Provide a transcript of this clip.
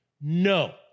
No